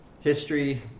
history